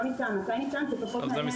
לא ניתן זה פחות מעניין.